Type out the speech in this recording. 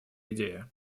идея